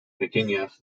pequeñas